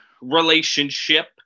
relationship